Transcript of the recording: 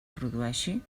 produeixi